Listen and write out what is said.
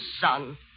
son